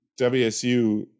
WSU